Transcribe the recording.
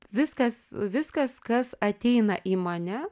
viskas viskas kas ateina į mane